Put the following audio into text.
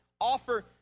offer